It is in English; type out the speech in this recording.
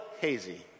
hazy